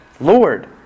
Lord